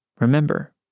Remember